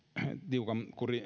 tiukan